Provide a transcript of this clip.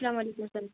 اسلامُ علیکُم سَر